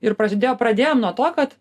ir prasidėjo pradėjom nuo to kad